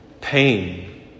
Pain